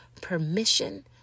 permission